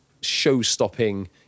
show-stopping